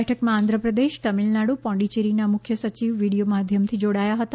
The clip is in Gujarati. બેઠકમાં આંધ્રપ્રદેશ તમિલનાડુ પોંડિચેરીના મુખ્ય સચિવ વીડિયો માધ્યમથી જોડાયા હતા